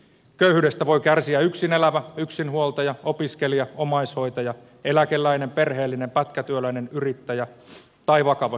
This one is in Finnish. köyhyydestä voi kärsiä yksin elävä yksinhuoltaja opiskelija omaishoitaja eläkeläinen perheellinen pätkätyöläinen yrittäjä tai vakavasti sairastunut